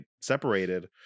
separated